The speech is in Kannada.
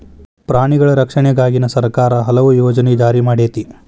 ಪ್ರಾಣಿಗಳ ರಕ್ಷಣೆಗಾಗಿನ ಸರ್ಕಾರಾ ಹಲವು ಯೋಜನೆ ಜಾರಿ ಮಾಡೆತಿ